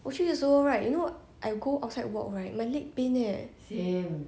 我去的时候 right you know I go outside walk right my leg pain eh